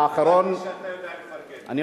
והאחרון, אמרתי שאתה יודע לפרגן, במליאה אמרת.